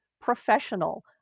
professional